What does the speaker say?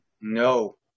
no